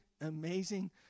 amazing